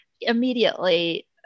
immediately